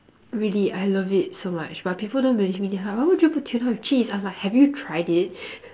really I love it so much but people don't believe me they are like why would you put tuna with cheese I am like have you tried it